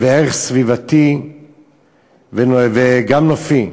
וערך סביבתי וגם נופי.